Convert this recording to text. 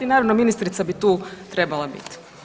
Naravno ministrica bi tu trebala biti.